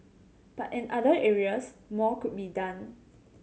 but in other areas more could be done